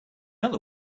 other